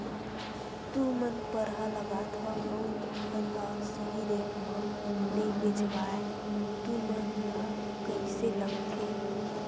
तू मन परहा लगाथव अउ ओखर हा सही रेट मा नई बेचवाए तू मन ला कइसे लगथे?